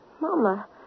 Mama